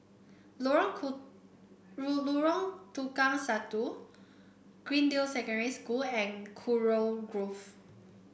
Lorong Lorong Tukang Satu Greendale Secondary School and Kurau Grove